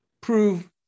prove